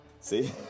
See